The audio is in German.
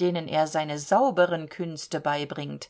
denen er seine sauberen künste beibringt